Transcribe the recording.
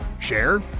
share